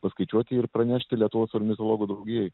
paskaičiuoti ir pranešti lietuvos ornitologų draugijai